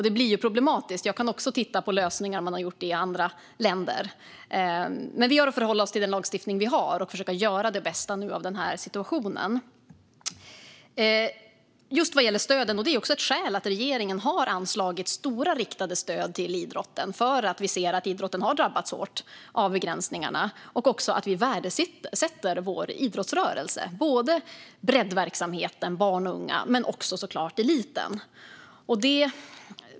Det blir problematiskt. Jag kan också titta på lösningar i andra länder, men vi har att förhålla oss till den lagstiftning vi har och ska nu försöka göra det bästa av situationen. Detta är ett skäl till att regeringen har anslagit stora, riktade stöd till idrotten - vi ser att idrotten har drabbats hårt av begränsningarna. Vi värdesätter vår idrottsrörelse, både breddverksamheten för barn och unga och, såklart, eliten.